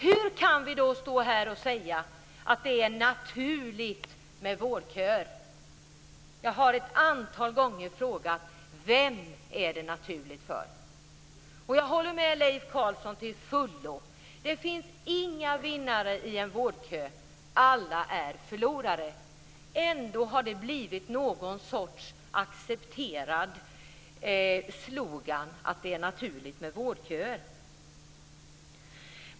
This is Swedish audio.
Hur kan vi då stå här och säga att det är naturligt med vårdköer? Jag har ett antal gånger frågat: Vem är det naturligt för? Jag håller med Leif Carlson till fullo; det finns inga vinnare i en vårdkö. Alla är förlorare. Ändå har det blivit någon sorts accepterad slogan att det är naturligt med vårdköer.